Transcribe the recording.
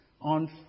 on